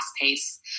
pace